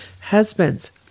Husbands